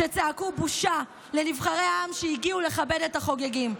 שצעקו "בושה" לנבחרי העם שהגיעו לכבד את החוגגים.